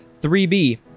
3B